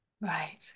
right